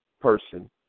person